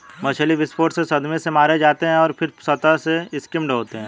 मछली विस्फोट से सदमे से मारे जाते हैं और फिर सतह से स्किम्ड होते हैं